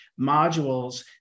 modules